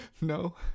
no